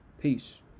Peace